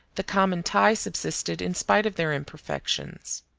the common tie subsisted in spite of their imperfections.